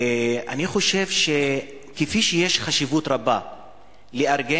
ואני חושב שכפי שיש חשיבות רבה לארגן